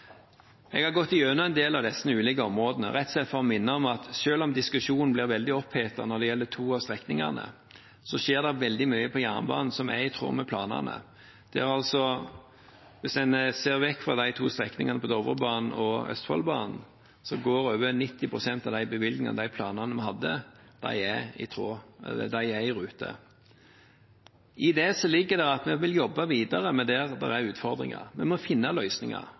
Jeg har gått gjennom en del av disse ulike områdene, rett og slett for å minne om at selv om diskusjonen blir veldig opphetet når det gjelder to av strekningene, skjer det veldig mye på jernbanen som er i tråd med planene. Hvis en ser bort fra de to strekningene på Dovrebanen og Østfoldbanen, er over 90 pst. av de bevilgningene og planene vi hadde, i rute. I det ligger det at vi vil jobbe videre der det er utfordringer. Vi må finne løsninger,